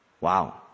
Wow